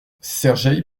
sergeï